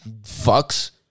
fucks